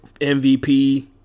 MVP